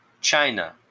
China